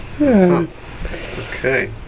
Okay